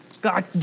God